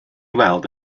weld